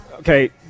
Okay